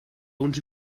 uns